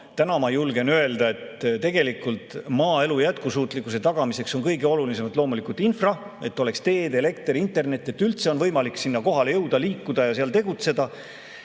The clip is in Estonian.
Täna ma julgen öelda, et tegelikult on maaelu jätkusuutlikkuse tagamiseks kõige olulisem loomulikult infra[struktuur], et oleks teed, elekter, internet ja et üldse oleks võimalik sinna kohale jõuda, seal liikuda ja tegutseda.